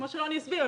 כמו שלוני הסביר,